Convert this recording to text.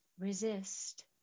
Resist